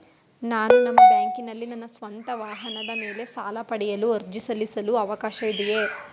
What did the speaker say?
ನಾನು ನಿಮ್ಮ ಬ್ಯಾಂಕಿನಲ್ಲಿ ನನ್ನ ಸ್ವಂತ ವಾಹನದ ಮೇಲೆ ಸಾಲ ಪಡೆಯಲು ಅರ್ಜಿ ಸಲ್ಲಿಸಲು ಅವಕಾಶವಿದೆಯೇ?